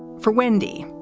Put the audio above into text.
and for wendy,